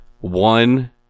one